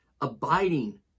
abiding